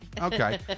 Okay